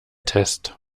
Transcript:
test